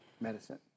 medicine